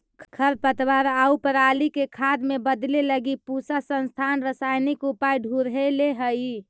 खरपतवार आउ पराली के खाद में बदले लगी पूसा संस्थान रसायनिक उपाय ढूँढ़ले हइ